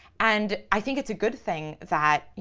and i think it's a good thing that, you